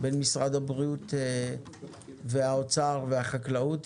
בין משרד הבריאות לאוצר ולחקלאות,